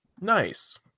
Nice